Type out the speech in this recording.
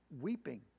weeping